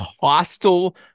hostile